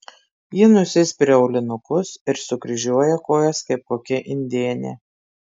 ji nusispiria aulinukus ir sukryžiuoja kojas kaip kokia indėnė